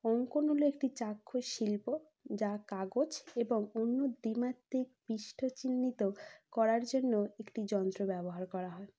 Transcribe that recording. অঙ্কন হল একটি চাক্ষুষ শিল্প যা কাগজ এবং অন্য দ্বিমাত্রিক পৃষ্ঠা চিহ্নিত করার জন্য একটি যন্ত্র ব্যবহার হয়